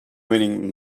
winning